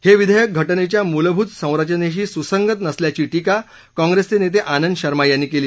हे विधेयक घटनेच्या मूलभूत संरचनेशी सुसंगत नसल्याची टीका काँप्रेसचे नेते आनंद शर्मा यांनी केली